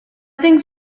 things